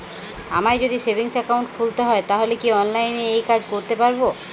আমায় যদি savings account খুলতে হয় তাহলে কি অনলাইনে এই কাজ করতে পারবো?